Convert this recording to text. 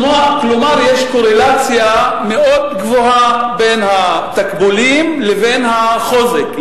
כלומר יש קורלציה מאוד גבוהה בין התקבולים לבין החוזק,